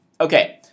Okay